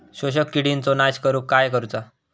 शोषक किडींचो नाश करूक काय करुचा?